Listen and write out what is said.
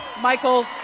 Michael